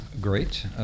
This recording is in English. great